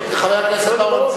חבר הכנסת בר-און,